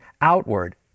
outward